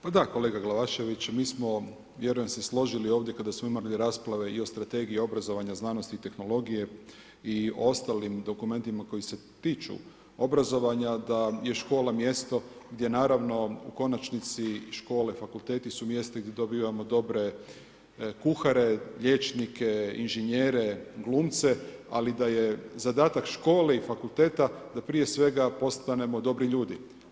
Pa da, kolega Glavašević, mi smo, vjerujem složili ovdje, kada smo imali rasprave i o strategiji obrazovanja znanosti i tehnologije i ostalim dokumentima koje se tiču obrazovanja, da je škola mjesto gdje naravno u konačnici, škole, fakulteti su mjesto gdje dobivamo dobre kuhare, liječnike, inženjere, glumce, ali da je zadatak škole i fakulteta da prije svega postanemo dobri ljudi.